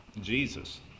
Jesus